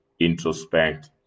introspect